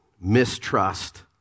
mistrust